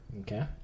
okay